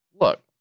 Look